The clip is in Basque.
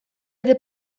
ere